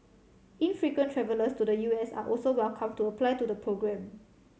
infrequent travellers to the U S are also welcome to apply to the programme